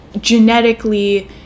genetically